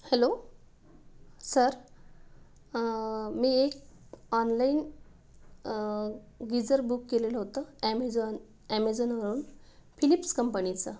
hello sir मी एक online geyser book केलेलं होतं ॲमेझॉन ॲमेझॉनवरून फिलिप्स कंपनीचं